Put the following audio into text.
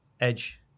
Edge